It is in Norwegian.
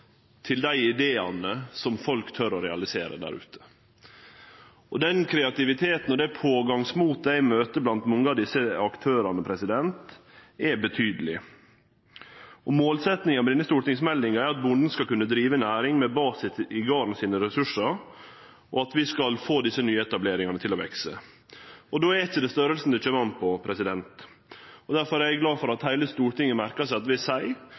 til dei ideane som folk tør å realisere der ute. Den kreativiteten og det pågangsmotet eg møter blant mange av desse aktørane, er betydeleg. Målsettinga med denne stortingsmeldinga er at bonden skal kunne drive ei næring med basis i ressursane på garden, og at vi skal få desse nyetableringane til å vekse. Då er det ikkje storleiken det kjem an på. Difor er eg glad for at heile Stortinget merkar seg at vi seier